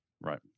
Right